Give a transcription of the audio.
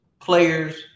players